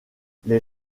les